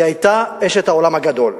היא היתה אשת העולם הגדול.